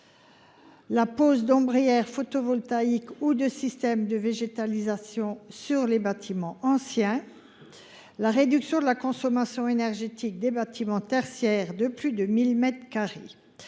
; pose d’ombrières photovoltaïques ou de systèmes de végétalisation sur les bâtiments anciens ; réduction de la consommation énergétique des bâtiments tertiaires de plus de 1 000 mètres